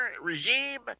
regime